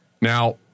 Now